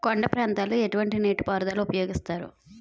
కొండ ప్రాంతాల్లో ఎటువంటి నీటి పారుదల ఉపయోగిస్తారు?